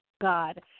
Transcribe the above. God